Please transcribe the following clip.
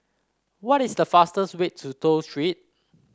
what is the fastest way to Toh Street